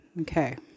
Okay